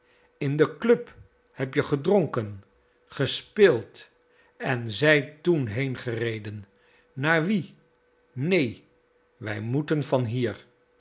in de club heb je gedronken gespeeld en zijt toen heengereden naar wie neen wij moeten van hier